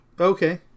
Okay